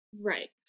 Right